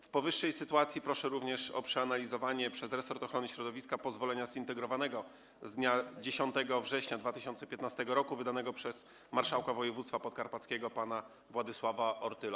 W powyższej sytuacji proszę również o przeanalizowanie przez resort ochrony środowiska pozwolenia zintegrowanego z dnia 10 września 2015 r. wydanego przez marszałka województwa podkarpackiego pana Władysława Ortyla.